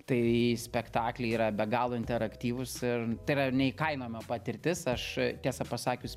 tai spektakliai yra be galo interaktyvūs tai yra ir neįkainojama patirtis aš tiesą pasakius